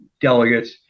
delegates